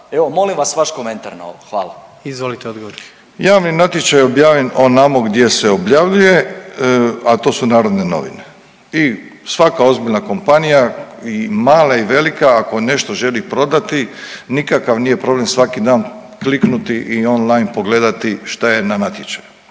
(HDZ)** Izvolite odgovor. **Milatić, Ivo** Javni natječaj objavljen onamo gdje se objavljuje, a to su Narodne novine i svaka ozbiljna kompanija i mala i velika ako nešto želi prodati nikakav nije problem svaki dan kliknuti i online pogledati šta je na natječaju,